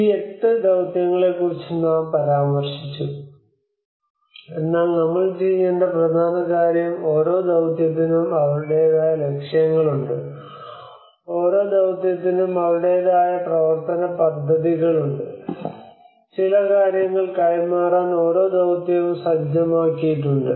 ഈ എട്ട് ദൌത്യങ്ങളെക്കുറിച്ച് നാം പരാമർശിച്ചു എന്നാൽ നമ്മൾ ചെയ്യേണ്ട പ്രധാന കാര്യം ഓരോ ദൌത്യത്തിനും അവരുടേതായ ലക്ഷ്യങ്ങളുണ്ട് ഓരോ ദൌത്യത്തിനും അവരുടേതായ പ്രവർത്തന പദ്ധതികളുണ്ട് ചില കാര്യങ്ങൾ കൈമാറാൻ ഓരോ ദൌത്യവും സജ്ജമാക്കിയിട്ടുണ്ട്